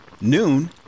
noon